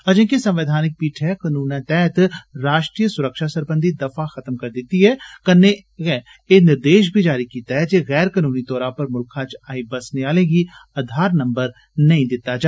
अजें कि संवैधानिक पीठै कनूनै तैहत राष्ट्रीय सुरक्षा सरबंधी दफा खत्म करी दिती ऐ कन्ने गै एह् निर्देश जारी कीता ऐ जे गैर कानूनी तौरा पर मुल्खै च आई बसने आलें गी आधार नम्बर नेई दिता जा